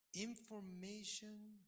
Information